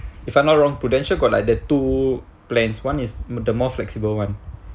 if I'm not wrong prudential got like the two plans one is the more flexible one